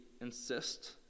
insist